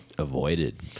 Avoided